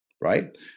right